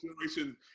Generation